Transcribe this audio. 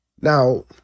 Now